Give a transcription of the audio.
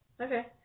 Okay